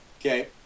okay